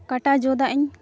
ᱠᱟᱴᱟ ᱡᱚᱫᱟᱜ ᱤᱧ